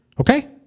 Okay